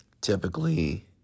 Typically